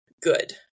good